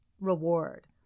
reward